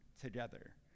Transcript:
together